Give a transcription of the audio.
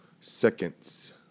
seconds